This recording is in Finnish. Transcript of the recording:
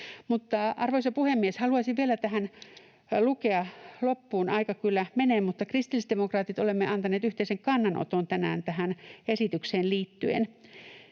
Arvoisa puhemies! Haluaisin vielä tähän loppuun lukea — aika kyllä menee. Me kristillisdemokraatit olemme antaneet yhteisen kannanoton tänään tähän esitykseen liittyen: